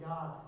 God